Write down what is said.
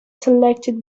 selected